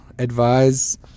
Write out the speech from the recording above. advise